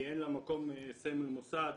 כי אין למקום סמל מוסד.